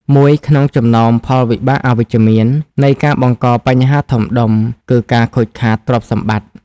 មួយក្នុងចំណោមផលវិបាកអវិជ្ជមាននៃការបង្កបញ្ហាធំដុំ គឺការខូចខាតទ្រព្យសម្បត្តិ។